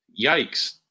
yikes